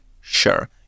sure